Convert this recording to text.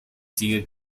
sigue